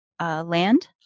Land